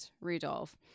Rudolf